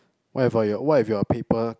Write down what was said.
what have for your what have your paper